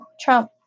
Trump